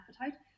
appetite